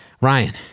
Ryan